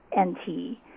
NT